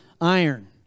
iron